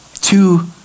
Two